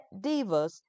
Divas